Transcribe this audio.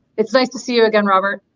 it's nice to see you again robert.